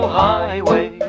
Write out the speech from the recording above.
highway